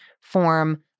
form